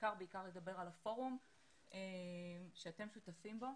ובעיקר לדבר על הפורום שאתם שותפים בו.